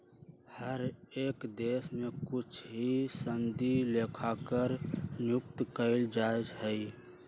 हर एक देश में कुछ ही सनदी लेखाकार नियुक्त कइल जा हई